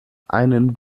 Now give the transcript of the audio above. einen